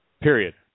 Period